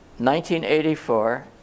1984